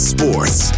Sports